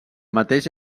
mateix